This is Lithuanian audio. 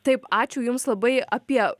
taip ačiū jums labai apie